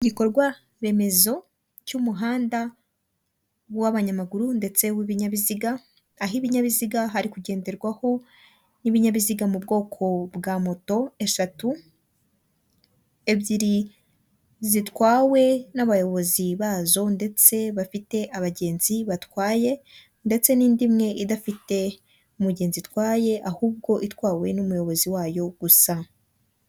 Igikorwaremezo cy'umuhanda w'abanyamaguru ndetse w'ibinyabiziga, aho ibinyabiziga hari kugenderwaho n'ibinyabiziga mu bwoko bwa moto eshatu, ebyiri zitwawe n'abayobozi bazo ndetse bafite abagenzi batwaye, ndetse n'indi imwe idafite umugenzi utwaye ahubwo itwawe n'umuyobozi wayo gusa.